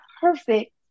perfect